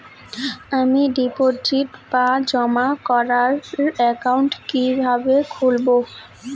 আমি ডিপোজিট বা জমা করার একাউন্ট কি কিভাবে খুলবো?